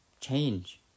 change